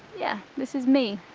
yeah, this is me,